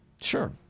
Sure